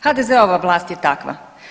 HDZ-ova vlast je takva.